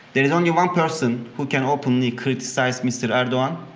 there is only one person who can openly criticize mr. erdogan.